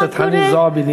חברת הכנסת חנין זועבי,